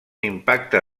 impacte